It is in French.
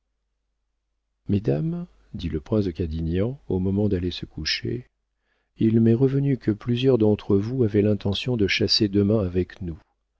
mesdames dit le prince de cadignan au moment d'aller se coucher il m'est revenu que plusieurs d'entre vous avaient l'intention de chasser demain avec nous